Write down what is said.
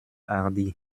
hardie